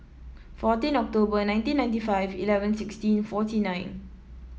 fourteen October nineteen ninety five eleven sixteen forty nine